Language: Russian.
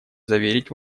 заверить